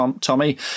Tommy